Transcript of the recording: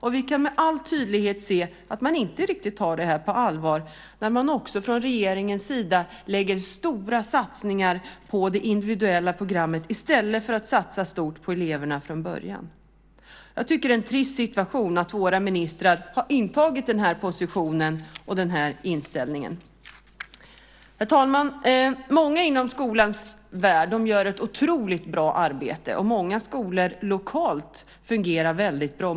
Vi kan också med all tydlighet se att man inte riktigt tar det på allvar när man från regeringens sida gör stora satsningar på det individuella programmet i stället för att satsa stort på eleverna från början. Det är en trist situation att våra ministrar har intagit den positionen och den inställningen. Herr talman! Många inom skolans värld gör ett otroligt bra arbete. Många skolor lokalt fungerar väldigt bra.